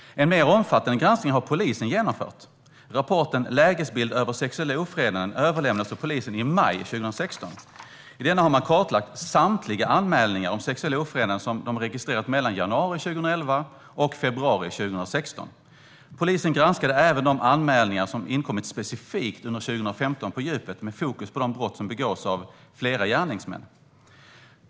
En mer omfattande granskning har polisen genomfört. Rapporten Lägesbild över sexuella ofredanden samt förslag till åtgärder överlämnades av polisen i maj 2016. I denna har man kartlagt samtliga anmälningar om sexuella ofredanden som man har registrerat mellan januari 2011 och februari 2016. Polisen granskade även på djupet de anmälningar som inkommit specifikt under 2015, med fokus på de brott som begåtts av flera gärningsmän.